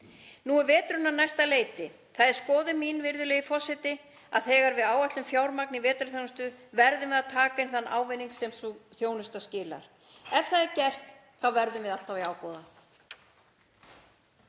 Nú er veturinn á næsta leiti. Það er skoðun mín, virðulegi forseti, að þegar við áætlum fjármagn í vetrarþjónustu verðum við að taka inn þann ávinning sem sú þjónusta skilar. Ef það er gert þá verðum við alltaf í ágóða.